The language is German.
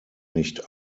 nicht